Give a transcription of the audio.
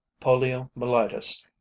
Poliomyelitis